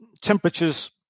Temperatures